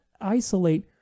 isolate